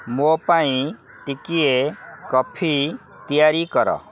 ମୋ ପାଇଁ ଟିକିଏ କଫି ତିଆରି କର